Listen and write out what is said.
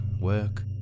work